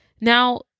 Now